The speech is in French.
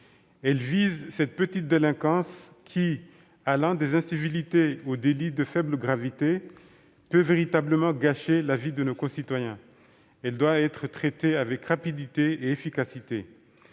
Elle vise cette petite délinquance qui, des incivilités aux délits de faible gravité, peut véritablement gâcher la vie de nos concitoyens. Cette délinquance doit être traitée avec rapidité et efficacité,